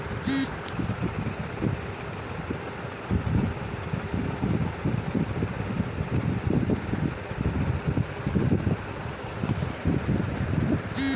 খরিফ শস্যে কি রকম আবহাওয়ার?